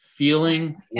Feeling